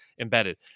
embedded